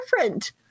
different